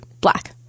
black